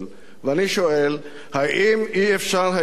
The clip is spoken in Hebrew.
ואני שואל: האם אי-אפשר היה,